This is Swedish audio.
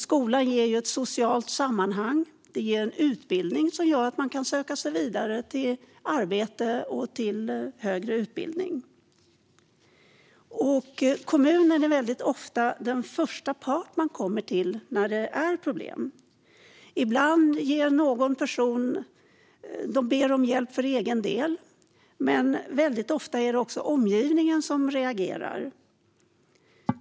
Skolan ger ett socialt sammanhang och en utbildning som gör att man kan söka sig vidare till arbete och högre utbildning. Kommunen är ofta den första part man kommer till när det är problem. Ibland ber personer om hjälp för egen del, men väldigt ofta är det omgivningen som reagerar.